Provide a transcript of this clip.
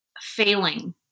failing